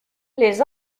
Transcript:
les